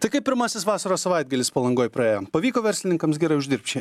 tai kaip pirmasis vasaros savaitgalis palangoj praėjo pavyko verslininkams gerai uždirbt šį